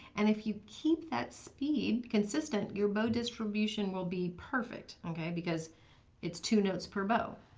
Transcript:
and if you keep that speed consistent your bow distribution will be perfect because it's two notes per bow.